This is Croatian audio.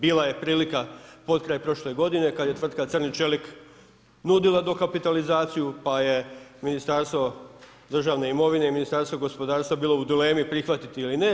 Bila je prilika potkraj prošle godine kada je tvrtka „Crni čelik“ nudila dokapitalizaciju, pa je Ministarstvo državne imovine i Ministarstvo gospodarstva bilo u dilemi prihvatiti ili ne.